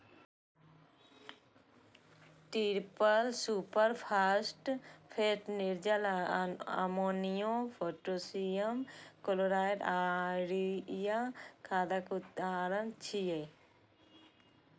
triple superphosphate, निर्जल अमोनियो, potassium chloride आ यूरिया खादक उदाहरण छियै